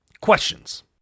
questions